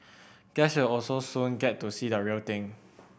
guests will also soon get to see the real thing